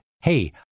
Hey